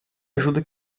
ajuda